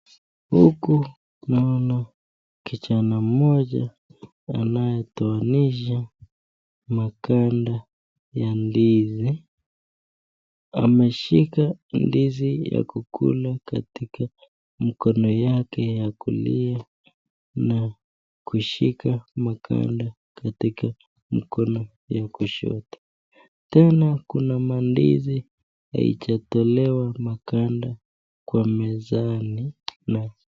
Huku naona kijana mmoja anayetoanisha maganda ya ndizi, ameshika ndizi ya kukula kaatika mkono yake ya kulia na kushika maganda katika mkono ya kushoto, tena kuna mandizi haijatolewa maganda kwa mezani.